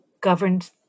governed